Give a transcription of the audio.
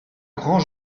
grand